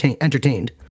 entertained